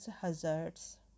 hazards